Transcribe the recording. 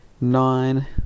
nine